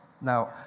now